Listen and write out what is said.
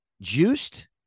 juiced